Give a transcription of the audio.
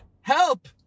Help